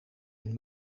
een